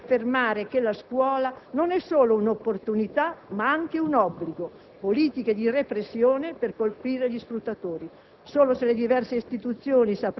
politiche scolastiche per riaffermare che la scuola non è solo un'opportunità, ma anche un obbligo, politiche di repressione per colpire gli sfruttatori.